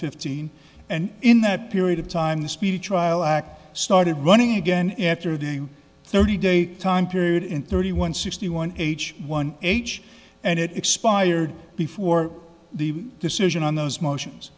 fifteen and in that period of time the speedy trial act started running again after the thirty day time period in thirty one sixty one h one h and it expired before the decision on those motions